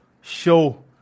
show